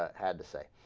had to say